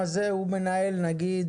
סייג בזה שחשוב לנו מאוד שההנגשה תהיה נכונה,